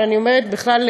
אבל אני אומרת בכלל,